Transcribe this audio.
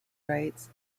rites